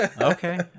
okay